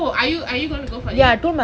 oh are you are you going to go for it